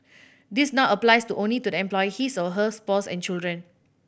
this now applies to only to the employee his or her spouse and children